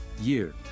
Year